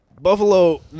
Buffalo